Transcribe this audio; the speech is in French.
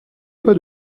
pas